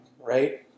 right